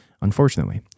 Unfortunately